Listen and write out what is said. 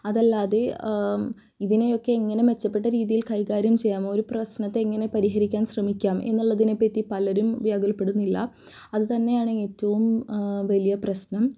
അതല്ലാതെ ഇതിനെയൊക്കെ എങ്ങനെ മെച്ചപ്പെട്ട രീതിയിൽ കൈകാര്യം ചെയ്യാം ഒരു പ്രശ്നത്തെ എങ്ങനെ പരിഹരിക്കാൻ ശ്രമിക്കാം എന്നുള്ളതിനെ പറ്റി പലരും വ്യാകുലതപ്പെടുന്നില്ല അതുതന്നെയാണ് ഏറ്റവും വലിയ പ്രശ്നം